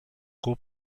cub